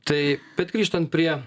tai bet grįžtant prie